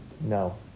no